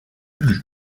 lus